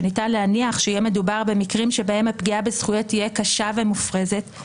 שניתן להניח שיהיה מדובר במקרים שבהם הפגיעה בזכויות תהיה קשה ומופרזת,